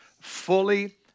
fully